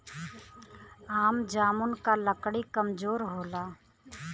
आम जामुन क लकड़ी कमजोर होला